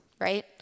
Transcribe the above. right